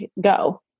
Go